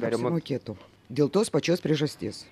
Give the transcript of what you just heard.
apsimokėtų dėl tos pačios priežasties